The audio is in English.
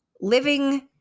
living